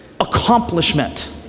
accomplishment